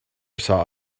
saw